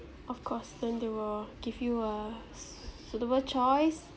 of course then they will give you a sui~ suitable choice